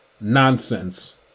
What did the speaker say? Nonsense